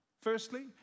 firstly